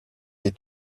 des